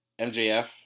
MJF